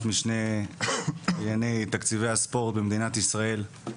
המשנה לענייני תקציבי הספורט במדינת ישראל.